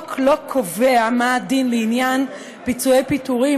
החוק לא קובע מה הדין לעניין פיצויי פיטורים